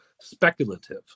speculative